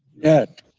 yes.